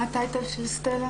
שלום.